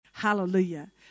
Hallelujah